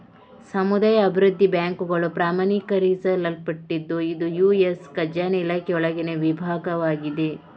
ಸಮುದಾಯ ಅಭಿವೃದ್ಧಿ ಬ್ಯಾಂಕುಗಳು ಪ್ರಮಾಣೀಕರಿಸಲ್ಪಟ್ಟಿದ್ದು ಇದು ಯು.ಎಸ್ ಖಜಾನೆ ಇಲಾಖೆಯೊಳಗಿನ ವಿಭಾಗವಾಗಿದೆ